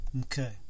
Okay